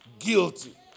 Guilty